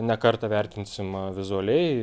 ne kartą vertinsim vizualiai